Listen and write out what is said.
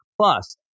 Plus